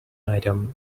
item